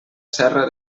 serra